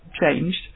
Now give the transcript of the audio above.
changed